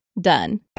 done